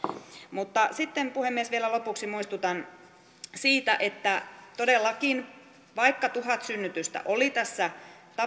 mutta sitten puhemies vielä lopuksi muistutan siitä että todellakin vaikka tuhat synnytystä oli tässä